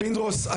פינדרוס,